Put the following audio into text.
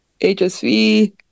HSV